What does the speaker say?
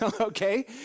okay